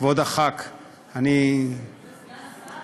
כבוד חבר הכנסת, זה סגן השר?